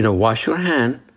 and wash your hands.